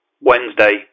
Wednesday